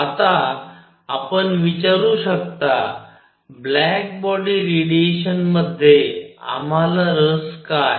आता आपण विचारू शकता ब्लॅक बॉडी रेडिएशनमध्ये आम्हाला रस का आहे